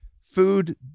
food